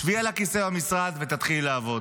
שבי על הכיסא במשרד ותתחילי לעבוד.